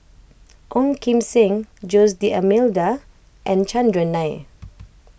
Ong Kim Seng Jose D'Almeida and Chandran Nair